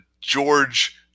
George